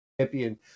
champion